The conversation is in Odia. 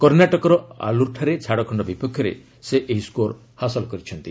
କର୍ଷାଟକର ଆଲୁର୍ଠାରେ ଝାଡ଼ଖଣ୍ଡ ବିପକ୍ଷରେ ସେ ଏହି ସ୍କୋର ହାସଲ କରିଛନ୍ତି